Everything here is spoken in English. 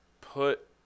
put